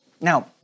Now